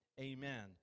amen